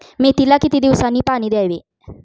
मेथीला किती दिवसांनी पाणी द्यावे?